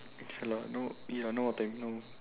okay lah now eh now what time